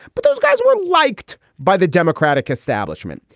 but those guys were liked by the democratic establishment.